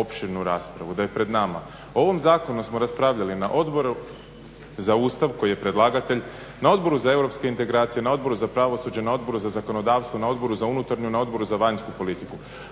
opširnu raspravu, da je pred nama. O ovom zakonu smo raspravljali na Odboru za Ustav koji je predlagatelj, na Odboru za europske integracije, na Odboru za pravosuđe, na Odboru za zakonodavstvo, na Odboru za unutarnju, na Odboru za vanjsku politiku.